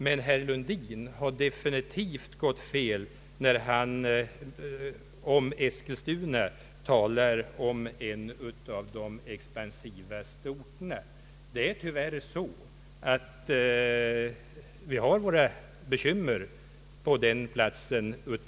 Men herr Lundin har definitivt gått fel när han talar om Eskilstuna som en av de expansivaste orterna. Det är tyvärr så att vi har våra bekymmer på den platsen.